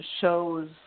shows